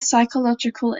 psychological